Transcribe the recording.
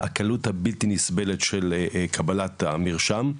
הקלות הבלתי נסבלת של קבלת המרשם,